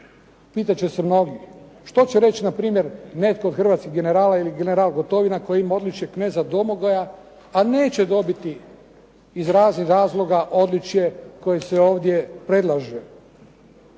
pitat će se mnogi. Što će reći na primjer netko od hrvatskih generala ili general Gotovina koji ima odličje kneza Domagoja, a neće dobiti iz raznih razloga odličje koje se ovdje predlaže.